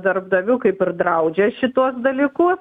darbdavių kaip ir draudžia šituos dalykus